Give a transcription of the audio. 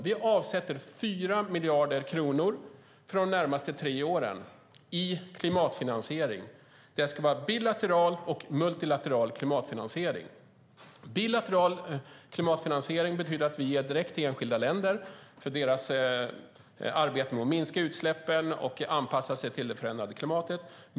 Vi avsätter 4 miljarder kronor för de närmaste tre åren i klimatfinansiering. Det ska vara bilateral och multilateral klimatfinansiering. Bilateral klimatfinansiering betyder att vi ger direkt till enskilda länder för deras arbete med att minska utsläppen och anpassa sig till det förändrade klimatet.